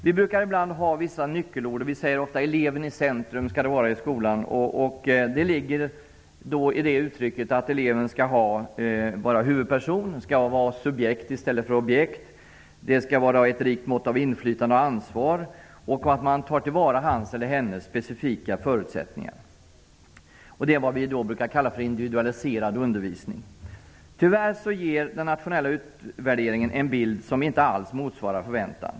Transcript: Vi brukar ibland använda vissa nyckelord. Vi säger ofta att eleven skall vara i centrum i skolan. I det uttrycket ligger att eleven skall vara huvudperson, subjekt i stället för objekt. Det skall finnas ett rikt mått av inflytande och ansvar, och hans eller hennes specifika förutsättningar skall tas till vara. Det är vad vi brukar kalla individualiserad undervisning. Tyvärr ger den nationella utvärderingen en bild som inte motsvarar förväntan.